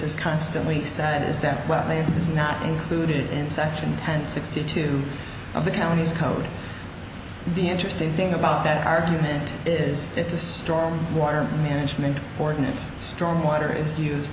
is constantly said is that it's not included in section ten sixty two of the county's code the interesting thing about that argument is that the storm water management ordinance storm water is used